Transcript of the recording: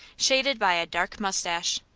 shaded by a dark mustache.